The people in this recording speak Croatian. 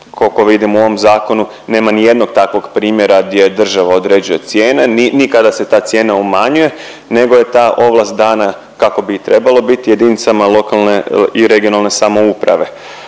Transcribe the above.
kolko vidim u ovom zakonu nema nijednog takvog primjera gdje država određuje cijene, ni kada se ta cijena umanjuje, nego je ta ovlast dana kako bi i trebalo bit jedinicama lokalne i regionalne samouprave.